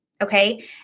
Okay